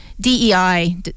DEI